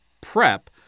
prep